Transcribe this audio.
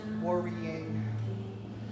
worrying